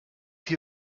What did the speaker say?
hier